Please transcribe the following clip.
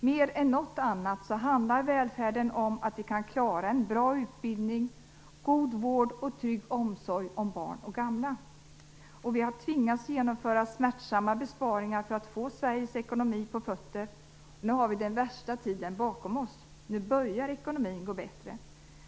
Mer än något annat handlar välfärden om att vi kan klara en bra utbildning, god vård och trygg omsorg om barn och gamla. Vi har tvingats genomföra smärtsamma besparingar för att få Sveriges ekonomi på fötter. Nu har vi den värsta tiden bakom oss. Nu börjar ekonomin gå bättre.